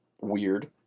weird